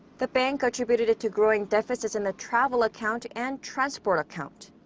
the bank attributed it to growing deficits in the travel account and transport account.